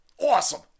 awesome